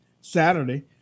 Saturday